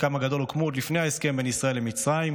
שחלקם הגדול הוקמו עוד לפני ההסכם בין ישראל למצרים,